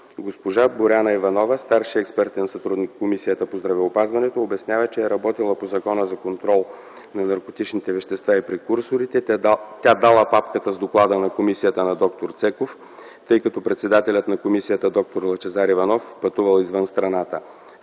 Госпожа Боряна Иванова – старши експертен сътрудник в Комисията по здравеопазването, обяснява, че е работила по Закона за контрол върху наркотичните вещества и прекурсорите. Тя дала папката с доклада на комисията на д-р Цеков, тъй като председателят на комисията д-р Лъчезар Иванов пътувал извън страната.